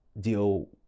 deal